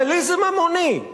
ונדליזם המוני,